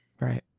Right